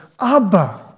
Abba